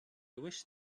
wish